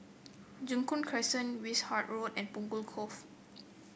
Joo Koon Crescent Wishart Road and Punggol Cove